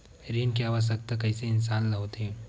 ऋण के आवश्कता कइसे इंसान ला होथे?